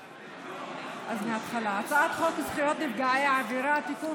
הצעת חוק זכויות נפגעי עבירה (תיקון,